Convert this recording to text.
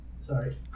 sorry